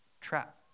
trap